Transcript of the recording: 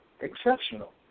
exceptional